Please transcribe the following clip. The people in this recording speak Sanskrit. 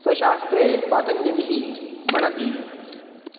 स्वशास्त्रे पातञ्जलिः भणति